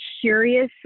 curious